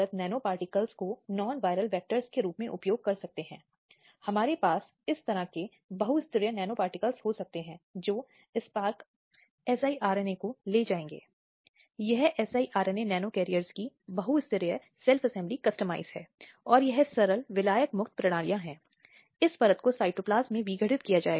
यह मूल रूप से एक अपराध था बलात्कार के अपराध की तुलना में बहुत कम था लेकिन इस तरह के आपत्तिजनक और अपमानजनक कृत्यों को शामिल करने के लिए जो एक महिला के खिलाफ प्रतिबद्ध हैं ताकि एक महिला की विनम्रता को उजागर किया जा सके